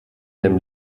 dem